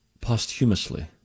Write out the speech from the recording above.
Posthumously